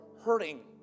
hurting